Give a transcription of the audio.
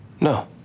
No